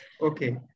Okay